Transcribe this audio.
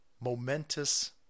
momentous